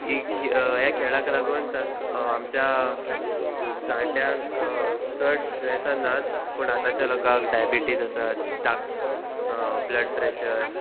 ही ह्या खेळाक लागून तांकां आमच्या जाणट्यांक चड दुसान नात पूण आतांच्या लोकांक डायबिटीज आसात ब्लड प्रेशर